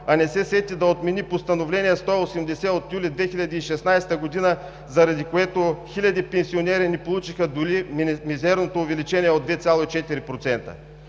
а не се сети да отмени Постановление № 180 от юли 2016 г., заради което хиляди пенсионери не получиха дори мизерното увеличение от 2,4%?!